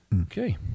Okay